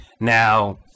Now